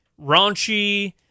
raunchy